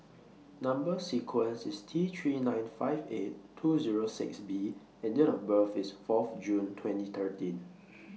Number sequence IS T three nine five eight two Zero six B and Date of birth IS Fourth June twenty thirteen